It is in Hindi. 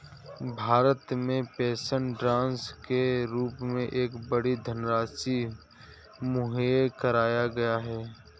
भारत में पेंशन फ़ंड के रूप में एक बड़ी धनराशि मुहैया कराया गया है